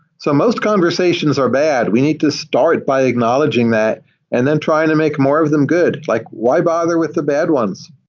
so most conversations are bad. we need to start by acknowledging that and then trying to make more of them good, like why bother with the bad ones?